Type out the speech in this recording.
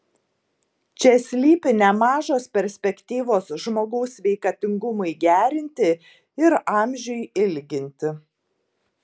čia slypi nemažos perspektyvos žmogaus sveikatingumui gerinti ir amžiui ilginti